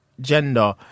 gender